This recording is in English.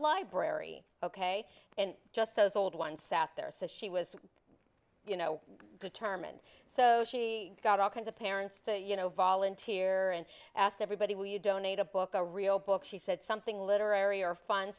library ok and just those old ones out there said she was you know determined so she got all kinds of parents to you know volunteer and asked everybody will you donate a book a real book she said something